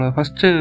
First